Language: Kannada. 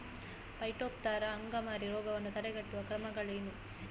ಪೈಟೋಪ್ತರಾ ಅಂಗಮಾರಿ ರೋಗವನ್ನು ತಡೆಗಟ್ಟುವ ಕ್ರಮಗಳೇನು?